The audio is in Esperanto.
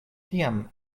tiam